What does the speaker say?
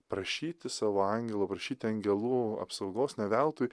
prašyti savo angelo prašyti angelų apsaugos ne veltui